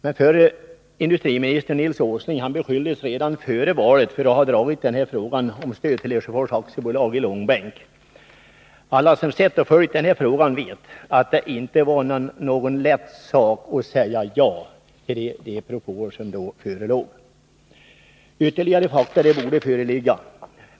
Den förre industriministern Nils Åsling beskylldes redan före valet för att ha dragit frågan om stöd till Lesjöfors AB i långbänk. Alla som följt frågan vet att det inte var någon lätt sak att säga ja till de propåer som förelåg. Ytterligare fakta borde föreligga.